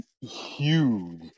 huge